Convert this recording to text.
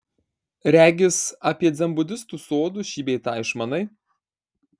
regis apie dzenbudistų sodus šį bei tą išmanai